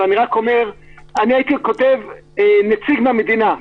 אני רק הייתי כותב: נציג מהמדינה.